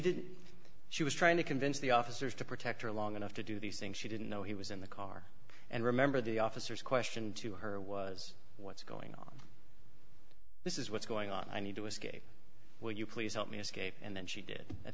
did she was trying to convince the officers to protect her long enough to do these things she didn't know he was in the car and remember the officers question to her was what's going on this is what's going on i need to escape will you please help me escape and then she did at